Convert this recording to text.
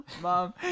mom